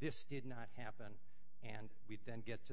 this did not happen and we then get to